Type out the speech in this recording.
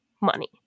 Money